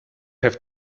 have